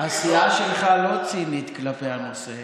הסיעה שלך לא צינית כלפי הנושא,